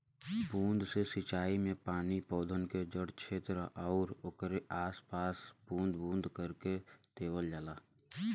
बूंद से सिंचाई में पानी पौधन के जड़ छेत्र आउर ओकरे आस पास में बूंद बूंद करके देवल जाला